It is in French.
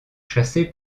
chassé